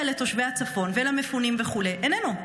לתושבי הצפון ולמפונים וכו' איננו.